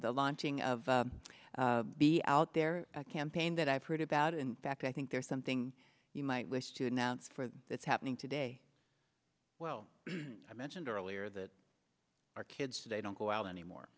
the launching of be out there a campaign that i've heard about in fact i think there's something you might wish to announce for that's happening today well i mentioned earlier that our kids today don't go out anymore